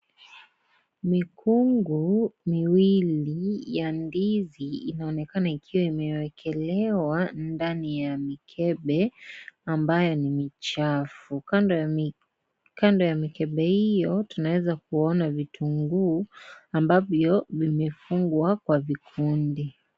Mikungu miwili ya ndizi inaonekana ikiwa imewekelewa ndani ya mikebe ambayo ni michafu, kando ya mikebe hiyo tunaweza kuona vitunguu ambavyo vimefungwa kwa vikundi.